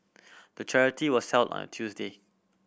the charity was held on a Tuesday